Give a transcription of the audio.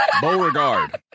Beauregard